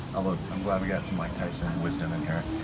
i love i'm glad we got some mike tyson was doing here